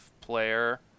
player